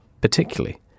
particularly